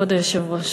כבוד היושב-ראש,